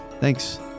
Thanks